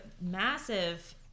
massive